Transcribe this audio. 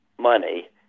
money